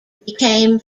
became